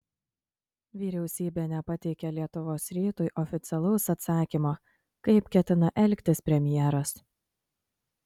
vyriausybė nepateikė lietuvos rytui oficialaus atsakymo kaip ketina elgtis premjeras